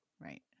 Right